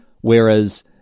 Whereas